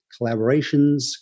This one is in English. collaborations